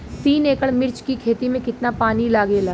तीन एकड़ मिर्च की खेती में कितना पानी लागेला?